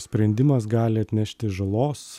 sprendimas gali atnešti žalos